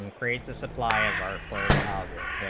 appraises supply of our sort of warehousing they